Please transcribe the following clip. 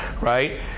right